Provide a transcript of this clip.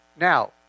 Now